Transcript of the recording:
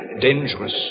dangerous